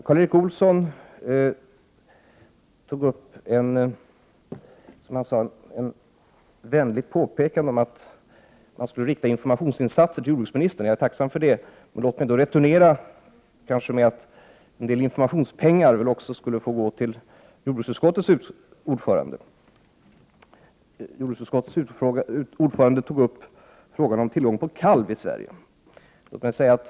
Karl Erik Olsson gjorde ett vänligt påpekande om att man skulle rikta informationsinsatser till jordbruksministern. Jag är tacksam för det. Låt mig då returnera med att en del informationspengar kanske också skulle få gå till jordbruksutskottets ordförande. Jordbruksutskottets ordförande tog upp frågan om tillgång på kalv i Sverige.